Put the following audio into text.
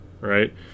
right